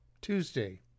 Tuesday